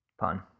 Pun